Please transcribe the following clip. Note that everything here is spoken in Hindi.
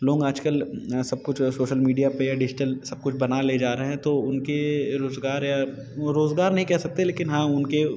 लोग आज कल सब कुछ सोशल मीडिया पर या डिजिटल सब कुछ बना ले जा रहे हैं तो उनके रोज़गार या वो रोज़गार नहीं कह सकते लेकिन हाँ उनके